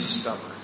stubborn